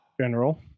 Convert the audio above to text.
general